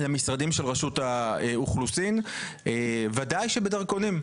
למשרדים של רשות האוכלוסין, בוודאי שבדרכונים.